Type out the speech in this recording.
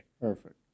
Perfect